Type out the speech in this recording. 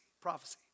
prophecy